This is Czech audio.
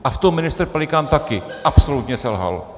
A v tom ministr Pelikán taky absolutně selhal.